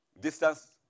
Distance